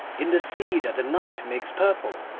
in the sea that the night makes purple,